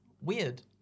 weird